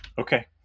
Okay